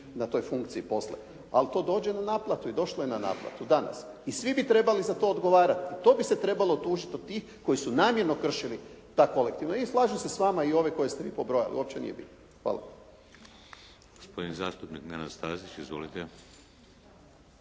na toj funkciji poslije, ali to dođe na naplatu i došlo je na naplatu danas. I svi bi trebali za to odgovarati, to bi se trebalo dužiti od tih koji su namjerno kršili tad kolektivno. I slažem se s vama i ove koje ste i pobrojali, uopće nije bitno. Hvala.